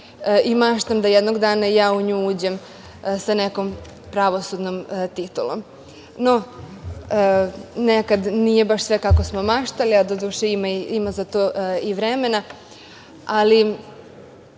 i maštam da jednog dana i ja u nju uđem sa nekom pravosudnom titulom. No, nekad nije baš sve kako smo maštali a, doduše, ima za to i vremena. Ovo